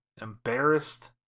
Embarrassed